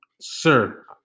sir